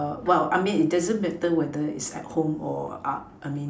well I mean it doesn't matter whether it's at home or I I mean